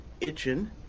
itching